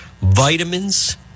vitamins